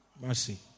Mercy